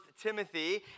Timothy